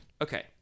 okay